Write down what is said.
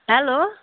hello